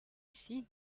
ici